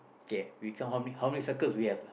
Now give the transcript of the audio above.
okay we count how many how many circles we have